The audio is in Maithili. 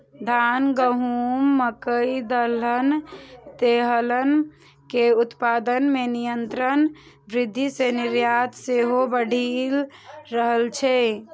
धान, गहूम, मकइ, दलहन, तेलहन के उत्पादन मे निरंतर वृद्धि सं निर्यात सेहो बढ़ि रहल छै